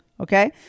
okay